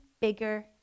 bigger